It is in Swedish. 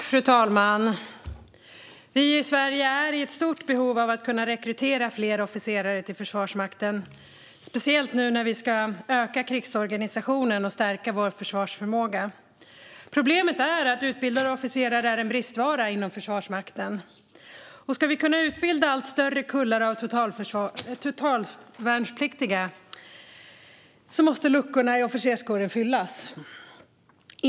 Fru talman! Vi har ett stort behov i Sverige av att rekrytera fler officerare till Försvarsmakten, speciellt nu när vi ska öka krigsorganisationen och stärka vår försvarsförmåga. Problemet är att utbildade officerare är en bristvara inom Försvarsmakten. Och om vi ska kunna utbilda allt större kullar av totalförsvarspliktiga måste luckorna i officerskåren fyllas.